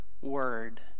word